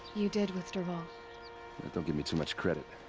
you did with dervahl. ah don't give me too much credit.